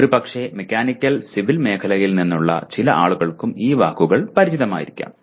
ഒരുപക്ഷേ mechanical civil മേഖലയിൽ നിന്നുള്ള ചില ആളുകൾക്കും ഈ വാക്കുകൾ പരിചിതമായിരിക്കാം